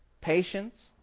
patience